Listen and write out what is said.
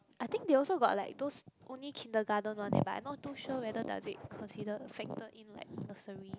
I think they also got like those only kindergarten one eh but I not too sure whether does it consider factor in like nursery